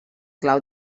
clau